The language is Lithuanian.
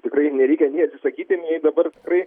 tikrai nereikia nei atsisakyti nei dabar tikrai